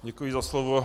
Děkuji za slovo.